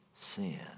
sin